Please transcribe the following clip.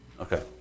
Okay